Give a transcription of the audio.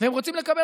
והם רוצים לקבל,